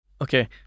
Okay